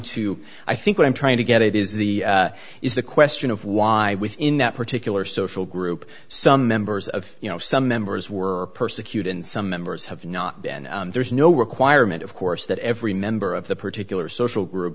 to i think what i'm trying to get it is the is the question of why within that particular social group some members of you know some members were persecuted and some members have not been there's no requirement of course that every member of the particular social group